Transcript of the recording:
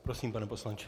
Prosím, pane poslanče.